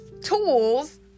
tools